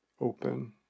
open